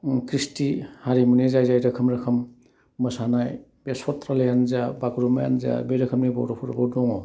खिस्थि हारिमुनि जाय जाय रोखोम रोखोम मोसानाय बे सथ्रलेयानो जा बागुरुम्बायानो जा बे रोखोमनि बर'फोरबो दङ